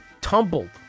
tumbled